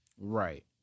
Right